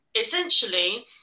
essentially